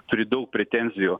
turi daug pretenzijų